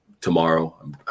tomorrow